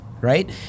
right